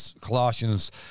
Colossians